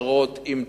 מאושרות עם תב"ע,